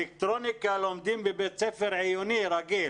אלקטרוניקה לומדים בבית ספר עיוני רגיל